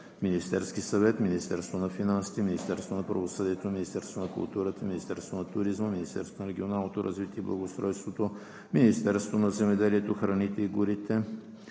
Министерския съвет, Министерството на финансите, Министерството на правосъдието, Министерството на културата, Министерството на туризма, Министерството на регионалното развитие и благоустройството, Министерството на земеделието, храните и горите,